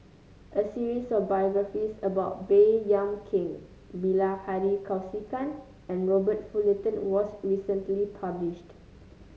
a series of biographies about Baey Yam Keng Bilahari Kausikan and Robert Fullerton was recently published